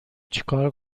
چیکار